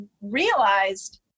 realized